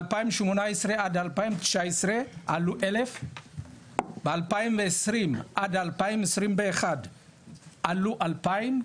בשנים 2018-2019 עלו 1000. ב-2020-2021 עלו כ-2000,